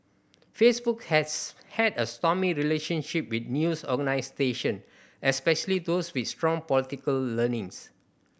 Facebook has had a stormy relationship with news organisation especially those with strong political leanings